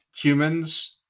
humans